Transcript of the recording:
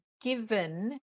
given